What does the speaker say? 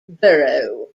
borough